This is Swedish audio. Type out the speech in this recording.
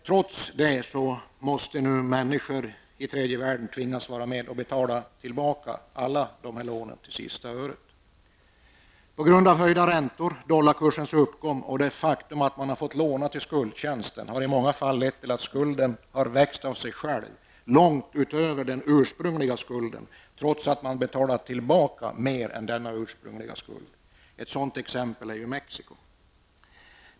Trots det tvingas nu människor i tredje världen vara med och betala tillbaka dessa lån till sista öret. Höjda räntor, dollarkursens uppgång och det faktum att man fått låna till skuldtjänsten har i många fall lett till att skulden har växt av sig själv långt över den ursprungliga skulden, trots att man betalat tillbaka mer än denna ursprungliga skuld. Mexico är ett exempel på detta.